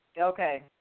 Okay